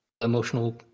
Emotional